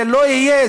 זה לא יהיה.